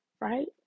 right